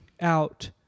out